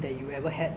hokkien mee lor